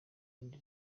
bindi